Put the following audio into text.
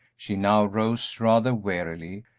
she now rose rather wearily,